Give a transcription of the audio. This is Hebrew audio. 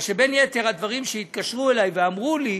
בגלל שבין יתר הדברים התקשרו אלי ואמרו לי